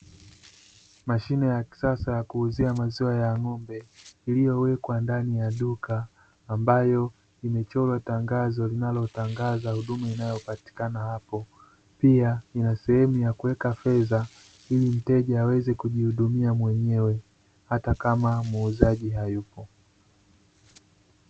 Mashine ya kisasa ya kuuzia maziwa ya ng'ombe iliyowekwa ndani ya duka ambayo imechorwa tangazo linalo tangaza huduma inayopatikana hapo, pia ina sehemu ya kuweka fedha ili mteja aweze kujihudumia mwenyewe hatakama muuzaji hayupo.